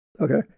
Okay